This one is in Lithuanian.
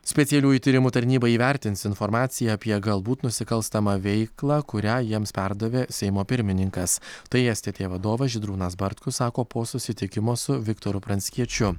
specialiųjų tyrimų tarnyba įvertins informaciją apie galbūt nusikalstamą veiklą kurią jiems perdavė seimo pirmininkas tai stt vadovas žydrūnas bartkus sako po susitikimo su viktoru pranckiečiu